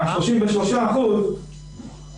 ה-33 אחוזים,